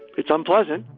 it's unpleasant,